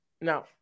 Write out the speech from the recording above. No